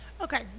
okay